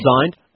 Designed